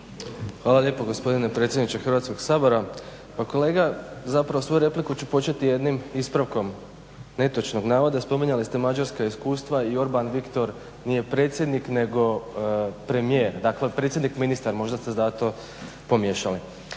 Hvala lijepo gospodine predsjedniče Hrvatskog sabora. Pa kolega zapravo svoju repliku ću početi jednim ispravkom netočnog navoda. Spominjali ste mađarska iskustva i Orban Viktor nije predsjednik nego premijer, dakle, predsjednik ministar. Možda ste zato pomiješali.